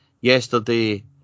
Yesterday